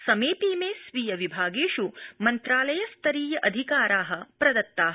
समेऽपि इमे स्वीय विभागेष् मन्त्रालय स्तरीय अधिकारा प्रदत्ता